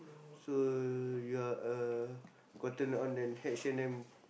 so you are a Cotton-On then H-and-M